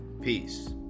Peace